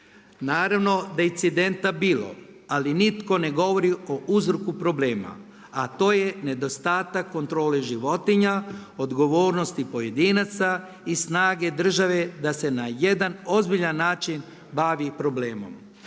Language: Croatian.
Naravno da je incidenta bilo ali nitko ne govori o uzroku problema a to je nedostatak kontrole životinja, odgovornosti pojedinaca i snage države da se na jedan ozbiljan način bavi problemom.